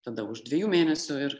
tada už dviejų mėnesių ir